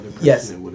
Yes